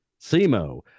SEMO